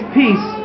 peace